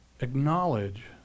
acknowledge